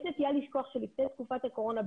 יש נטייה לשכוח שלפני תקופת הקורונה,